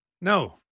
No